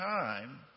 time